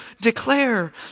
declare